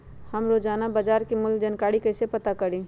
हम रोजाना बाजार मूल्य के जानकारी कईसे पता करी?